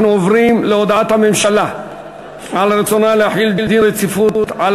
אנחנו עוברים להודעת הממשלה על רצונה להחיל דין רציפות על